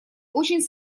очень